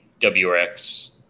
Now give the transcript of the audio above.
wrx